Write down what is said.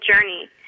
journey